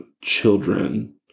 children